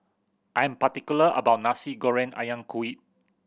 I am particular about my Nasi Goreng Ayam Kunyit